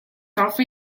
enfin